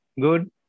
good